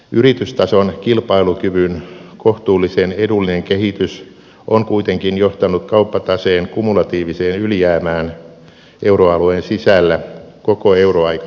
yritystason kilpailukyvyn kohtuullisen edullinen kehitys on kuitenkin johtanut kauppataseen kumulatiiviseen ylijäämään euroalueen sisällä koko euroaika huomioon ottaen